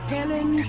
Helen